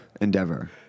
endeavor